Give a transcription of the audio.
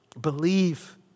Believe